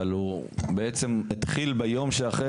אבל הוא בעצם התחיל ביום שאחרי,